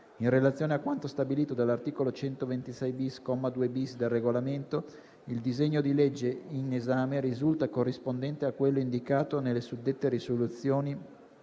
In relazione a quanto stabilito dall'articolo 126-*bis*, comma 2-*bis*, del Regolamento, il disegno di legge in esame risulta corrispondente a quello indicato nelle suddette risoluzioni